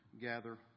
gather